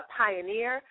pioneer